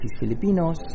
Filipinos